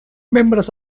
membres